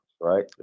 right